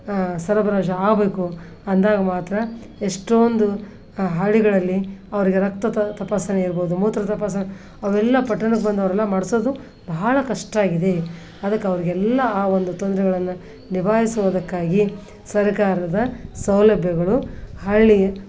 ಸರಬರಾಜು ಆಗ್ಬೇಕು ಅಂದಾಗ ಮಾತ್ರ ಎಷ್ಟೊಂದು ಹಳ್ಳಿಗಳಲ್ಲಿ ಅವರಿಗೆ ರಕ್ತ ತಪಾಸಣೆ ಇರ್ಬೋದು ಮೂತ್ರ ತಪಾಸಣೆ ಅವೆಲ್ಲ ಪಟ್ಟಣಕ್ಕೆ ಬಂದು ಅವರೆಲ್ಲ ಮಾಡಿಸೋದು ಬಹಳ ಕಷ್ಟ ಆಗಿದೆ ಅದಕ್ಕೆ ಅವರಿಗೆಲ್ಲ ಆ ಒಂದು ತೊಂದರೆಗಳನ್ನ ನಿಭಾಯಿಸುವುದಕ್ಕಾಗಿ ಸರ್ಕಾರದ ಸೌಲಭ್ಯಗಳು ಹಳ್ಳಿ